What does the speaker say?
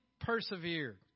persevere